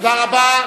תודה רבה.